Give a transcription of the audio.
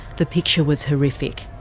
the picture was horrific.